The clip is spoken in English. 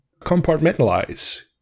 compartmentalize